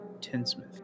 Tinsmith